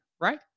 right